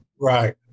Right